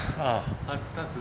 orh